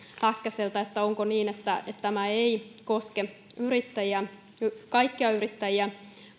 häkkäseltä onko niin että tämä ei koske kaikkia yrittäjiä